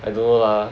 I don't know lah